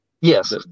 Yes